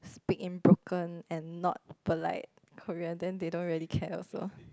speak in broken and not polite Korean then they don't really care also